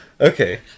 Okay